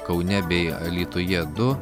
kaune bei alytuje du